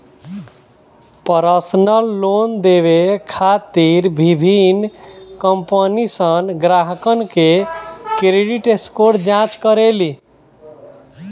personal loan देवे खातिर विभिन्न कंपनीसन ग्राहकन के क्रेडिट स्कोर जांच करेली